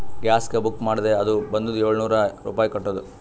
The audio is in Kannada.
ಗ್ಯಾಸ್ಗ ಬುಕ್ ಮಾಡಿದ್ದೆ ಅದು ಬಂದುದ ಏಳ್ನೂರ್ ರುಪಾಯಿ ಕಟ್ಟುದ್